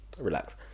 relax